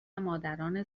مادران